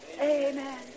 Amen